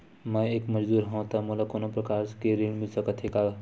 मैं एक मजदूर हंव त मोला कोनो प्रकार के ऋण मिल सकत हे का?